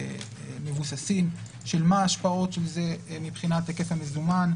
מבוססים של מה השפעות של זה מבחינת היקף המזומן,